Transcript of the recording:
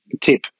tip